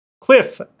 Cliff